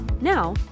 Now